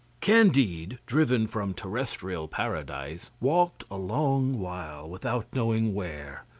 candide, driven from terrestrial paradise, walked a long while without knowing where,